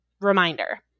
reminder